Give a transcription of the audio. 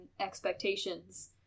expectations